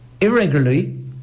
irregularly